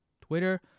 Twitter